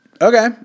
Okay